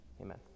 Amen